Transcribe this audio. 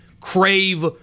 crave